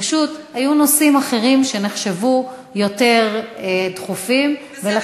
פשוט היו נושאים אחרים שנחשבו יותר דחופים, בסדר.